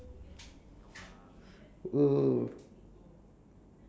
!whoa!